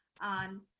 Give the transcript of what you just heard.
on